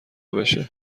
بشه